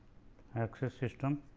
axis system.